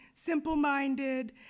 simple-minded